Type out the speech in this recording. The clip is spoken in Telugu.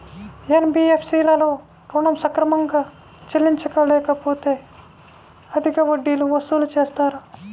ఎన్.బీ.ఎఫ్.సి లలో ఋణం సక్రమంగా చెల్లించలేకపోతె అధిక వడ్డీలు వసూలు చేస్తారా?